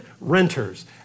renters